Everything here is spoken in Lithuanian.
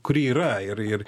kuri yra ir ir